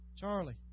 Charlie